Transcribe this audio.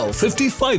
55